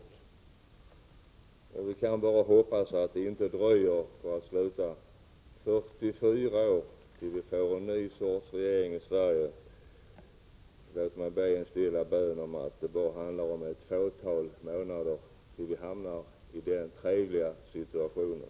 Låt mig slutligen säga att vi skall hoppas att det inte dröjer 44 år tills vi får en ny sorts regering i Sverige. Låt mig be en stilla bön om att det handlar om bara ett fåtal månader fram till dess att vi hamnar i den trevliga situationen.